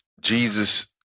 Jesus